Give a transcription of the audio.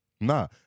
Nah